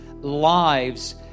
lives